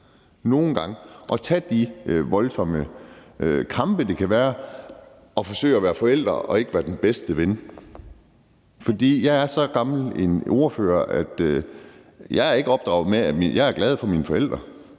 i karakter og tage de voldsomme kampe, det kan være at forsøge at være forældre og ikke være den bedste ven. For jeg er så gammel en ordfører, at jeg kan sige, at jeg er glad for mine forældre,